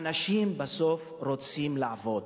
אנשים בסוף רוצים לעבוד.